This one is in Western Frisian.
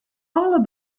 alle